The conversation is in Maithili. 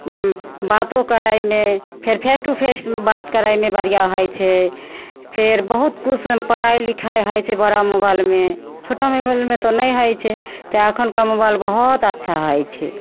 हूँ बातो करयमे फेर फेस टू फेस बात करयमे बढ़िआँ होइ छै फेर बहुत किछु पढ़ाइ लिखाइ होइ छै बड़ा मोबाइलमे छोटा मोबाइलमे तऽ नहि होइ छै तैं एखुनका मोबाइल बहुत अच्छा होइ छै